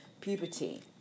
puberty